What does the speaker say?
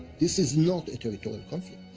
this is not a territorial conflict.